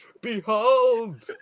Behold